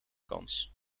kans